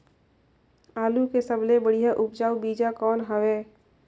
आलू के सबले बढ़िया उपजाऊ बीजा कौन हवय?